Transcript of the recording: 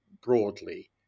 broadly